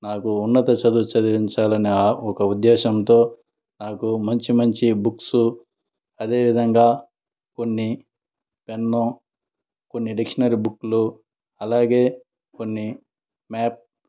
నాకు ఉన్నత చదువు చదివించాలన్న ఒక ఉద్దేశంతో నాకు మంచి మంచి బుక్సు అదేవిధంగా కొన్ని ఎన్నో కొన్ని డిక్షనరీ బుక్కులు అలాగే కొన్ని మ్యాత్